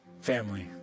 family